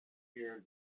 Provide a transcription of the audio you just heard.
here